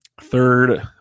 Third